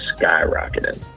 skyrocketing